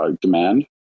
demand